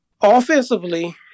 Offensively